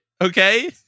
okay